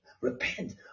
repent